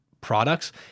products